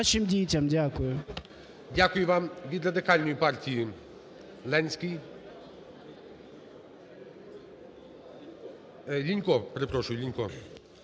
Дякую вам. Від Радикальної партії Ленський.Лінько. Перепрошую, Лінько.